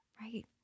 Right